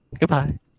Goodbye